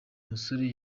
musore